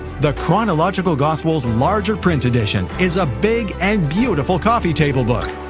the chronological gospels larger print edition is a big and beautiful coffee table book,